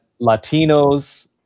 Latinos